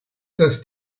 dass